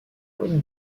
haute